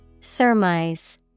Surmise